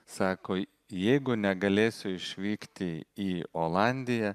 sako jeigu negalėsiu išvykti į olandiją